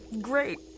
Great